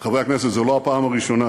חברי הכנסת, זו לא הפעם הראשונה